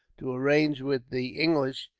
to arrange with the english